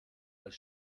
als